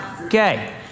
Okay